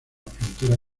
frontera